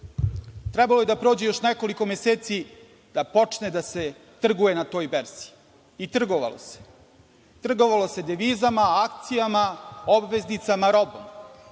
Trebalo je da prođe još nekoliko meseci da počne da se trguje na toj berzi. I trgovalo se, trgovalo se devizama, akcijama, obveznicama, robom.